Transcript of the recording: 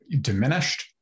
diminished